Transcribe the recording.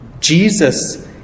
Jesus